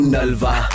Nalva